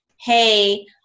Hey